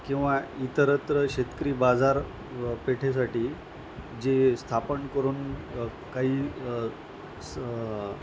किंवा इतरत्र शेतकरी बाजार पेठेसाठी जे स्थापन करून काही स